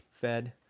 Fed